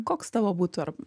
koks tavo būtų ar